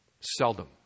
Seldom